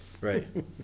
Right